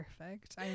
perfect